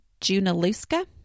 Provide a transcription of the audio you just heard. Junaluska